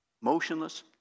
motionless